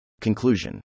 Conclusion